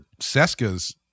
Seska's